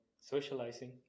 socializing